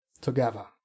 together